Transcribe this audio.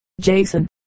Jason